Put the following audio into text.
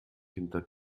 hinter